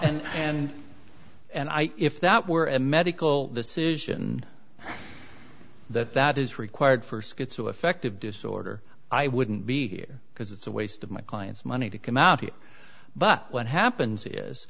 and and and i if that were a medical decision that that is required for schizo affective disorder i wouldn't be here because it's a waste of my clients money to come out here but what happens is